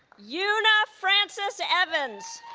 yuna frances evans